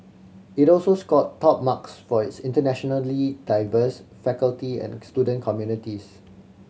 it also scored top marks for its internationally diverse faculty and student communities